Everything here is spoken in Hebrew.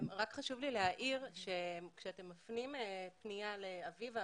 רק חשוב לי להעיר שכשאתם מפנים פניה לאביבה,